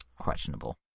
questionable